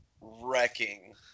wrecking